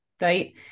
right